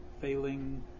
failing